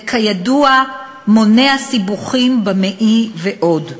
וכידוע מונע סיבוכים במעי ועוד.